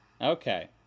okay